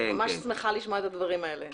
אני ממש שמחה לשמוע את הדברים האלה.